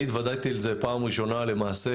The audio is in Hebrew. אני התוודעתי אל זה פעם ראשונה למעשה